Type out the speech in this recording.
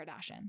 Kardashian